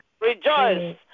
Rejoice